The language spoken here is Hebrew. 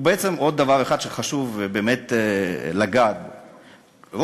בעצם עוד דבר אחד שחשוב לגעת בו הוא